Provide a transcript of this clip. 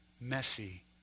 messy